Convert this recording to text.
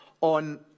on